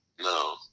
No